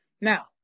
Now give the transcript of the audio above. Now